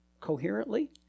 coherently